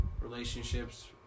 relationships